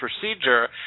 procedure